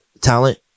talent